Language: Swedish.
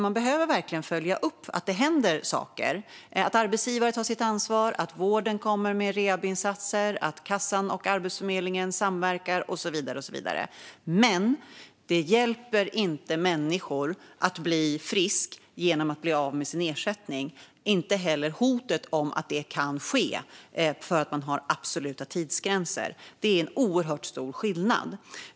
Man behöver verkligen följa upp att det händer saker. Det handlar om att arbetsgivare tar sitt ansvar, att vården kommer med rehabinsatser, att Försäkringskassan och Arbetsförmedlingen samverkar och så vidare. Men det hjälper inte människor att bli friska att de blir av med sin ersättning. Det gäller inte heller hotet om att det kan ske för att man har absoluta tidsgränser. Det är en oerhört stor skillnad.